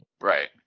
Right